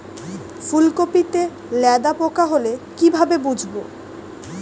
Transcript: ফুলকপিতে লেদা পোকা হলে কি ভাবে বুঝবো?